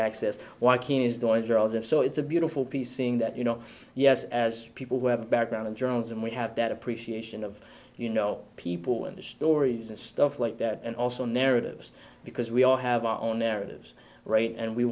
so it's a beautiful piecing that you know yes as people who have a background in journalism we have that appreciation of you know people in the stories and stuff like that and also narratives because we all have our own narratives right and we